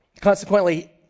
Consequently